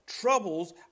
troubles